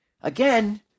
again